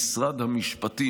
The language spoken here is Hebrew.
רבה על תשובתך המנומקת.